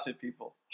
people